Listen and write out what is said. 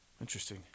interesting